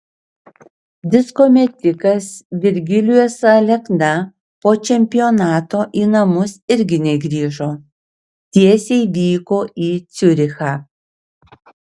disko metikas virgilijus alekna po čempionato į namus irgi negrįžo tiesiai vyko į ciurichą